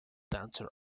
dancer